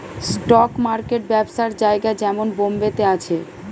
stock market ব্যবসার জায়গা যেমন বোম্বে তে আছে